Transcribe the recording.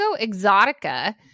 Exotica